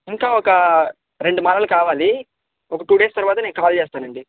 ఇంకా ఒక రెండు మాలలు కావాలి ఒక టూ డేస్ తర్వాత నేను కాల్ చేస్తానండి